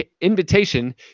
invitation